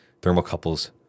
thermocouples